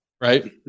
right